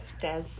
Des